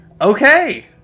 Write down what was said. Okay